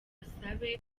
asabe